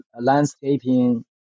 landscaping